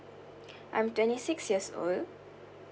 I'm twenty six years old